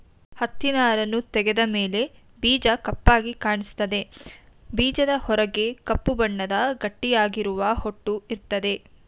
ಹತ್ತಿನಾರನ್ನು ತೆಗೆದ ಮೇಲೆ ಬೀಜ ಕಪ್ಪಾಗಿ ಕಾಣಿಸ್ತದೆ ಬೀಜದ ಹೊರಗೆ ಕಪ್ಪು ಬಣ್ಣದ ಗಟ್ಟಿಯಾಗಿರುವ ಹೊಟ್ಟು ಇರ್ತದೆ